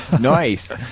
Nice